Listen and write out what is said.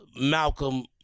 Malcolm